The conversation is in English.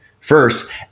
First